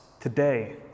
today